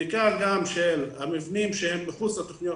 בדיקה גם של המבנים שהם מחוץ לתכניות